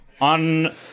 On